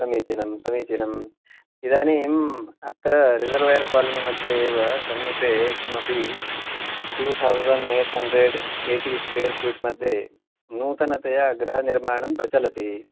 समीचीनं समीचीनम् इदानीम् अत्र रिसर्वेर् कालनि मध्ये एव समीपे किमपि टूथौसन्ड् एट्हन्ड्रेड् एटी स्कोयर्फ़ीट् मध्ये नूतनतया गृहनिर्माणं प्रचलति